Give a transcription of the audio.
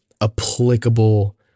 applicable